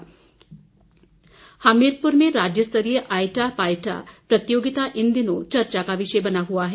खेल हमीरपुर में राज्य स्तरीय आट्या पाट्या प्रतियोगिता इन दिनों चर्चा का विषय बना हुआ है